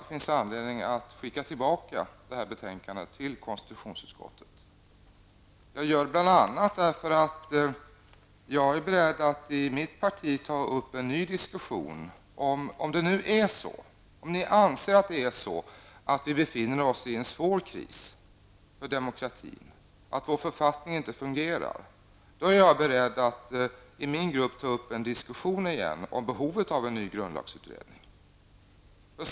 Därför finns det anledning att återremittera betänkandet till KU. Om ni anser att vi är inne i en svår kris för demokratin och att vår författning inte fungerar, då är jag beredd att i min partigrupp på nytt föra en diskussion om behovet av en grundlagsutredning.